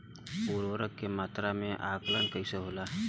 उर्वरक के मात्रा में आकलन कईसे होला?